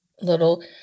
little